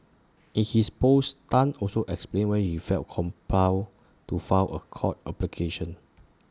in his post Tan also explained why he felt compelled to file A court application